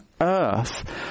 earth